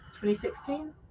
2016